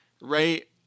right